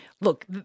Look